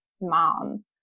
mom